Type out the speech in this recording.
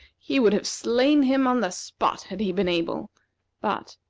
he would have slain him on the spot had he been able but,